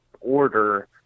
order